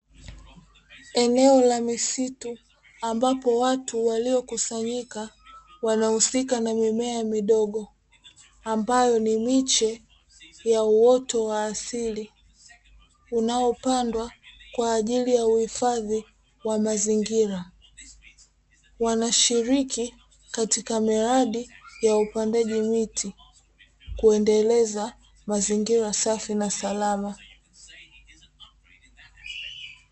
Eneo la misitu ambapo watu waliokusanyika wanahusika na mimea midogo ambayo ni miche ya uoto wa asili unaopandwa kwa ajili ya uhifadhi wa mazingira. Wanashiriki katika miradi ya upandaji miti kuendeleza mazingira safi na salama.